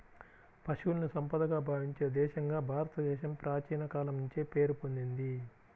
పశువుల్ని సంపదగా భావించే దేశంగా భారతదేశం ప్రాచీన కాలం నుంచే పేరు పొందింది